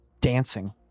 dancing